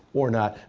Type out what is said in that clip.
or not.